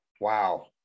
Wow